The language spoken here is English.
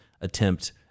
attempt